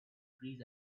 trees